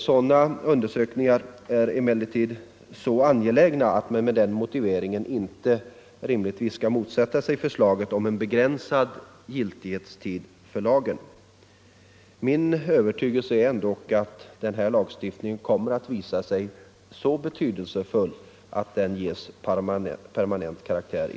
Sådana undersökningar är så angelägna att man rimligtvis inte bör motsätta sig förslaget om en begränsad giltighetstid för lagen. Min övertygelse är ändå att den här lagstiftningen kommer att visa sig vara så betydelsefull att den i sinom tid får permanent karaktär.